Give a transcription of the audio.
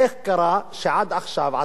איך קרה שעד עכשיו,